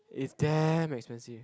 it's damn expensive